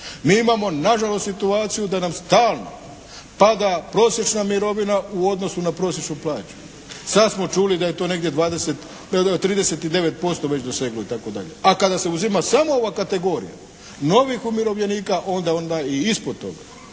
Mi imamo na žalost situaciju da nam stalno pada prosječna mirovina u odnosu na prosječnu plaću. Sad smo čuli da je to negdje 39% već doseglo itd. A kada se uzima samo ova kategorija novih umirovljenika onda je ona i ispod toga.